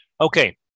Okay